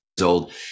old